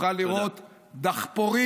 נוכל לראות דחפורים,